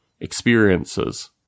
experiences